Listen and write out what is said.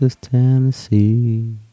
Tennessee